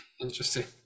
Interesting